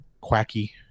quacky